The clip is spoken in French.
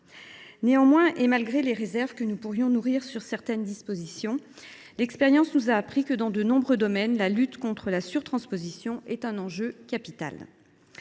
rapporteurs ! Malgré les réserves que nous pourrions émettre sur certaines dispositions, l’expérience nous a appris que, dans de nombreux domaines, la lutte contre la surtransposition était un enjeu capital.